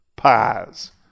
pies